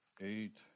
eight